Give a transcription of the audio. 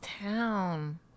town